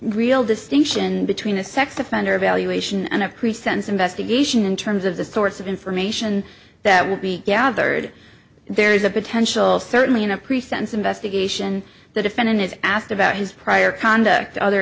real distinction between a sex offender evaluation and of pre sentence investigation in terms of the sorts of information that will be gathered there is a potential certainly in a pre sentence investigation the defendant is asked about his prior conduct other